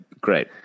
great